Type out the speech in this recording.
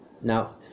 now